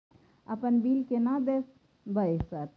अपन बिल केना देखबय सर?